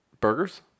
Burgers